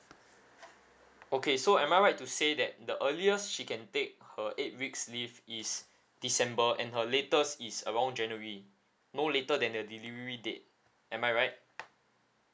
okay so am I right to say that the earliest she can take her eight weeks leave is december and her latest is around january no later than the delivery date am I right